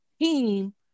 team